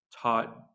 taught